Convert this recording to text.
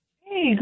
Hey